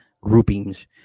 groupings